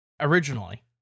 originally